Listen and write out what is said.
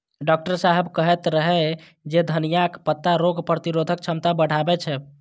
doctor साहेब कहैत रहै जे धनियाक पत्ता रोग प्रतिरोधक क्षमता बढ़बै छै